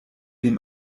dem